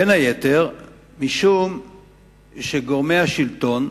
בין היתר משום שגורמי השלטון,